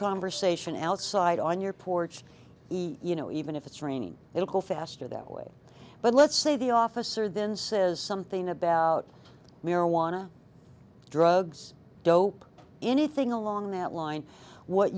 conversation outside on your porch the you know even if it's raining it'll go faster that way but let's say the officer then says something about marijuana drugs dope anything along that line what